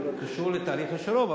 קשור לתהליך השלום,